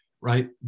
right